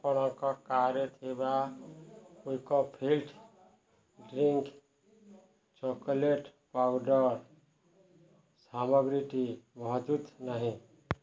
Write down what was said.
ଆପଣଙ୍କ କାର୍ଟ୍ରେ ଥିବା ୱିକଫିଲ୍ଡ ଡ୍ରିଙ୍କିଂ ଚକୋଲେଟ୍ ପାଉଡ଼ର୍ ସାମଗ୍ରୀଟି ମହଜୁଦ ନାହିଁ